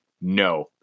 no